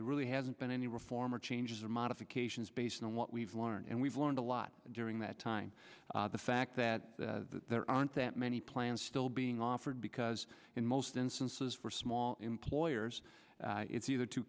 there really hasn't been any reform or changes or modifications based on what we've learned and we've learned a lot during that time the fact that there aren't that many plans still being offered because in most instances for small employers it's either too